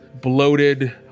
bloated